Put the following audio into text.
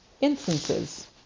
instances